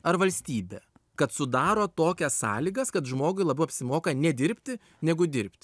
ar valstybė kad sudaro tokias sąlygas kad žmogui labiau apsimoka nedirbti negu dirbti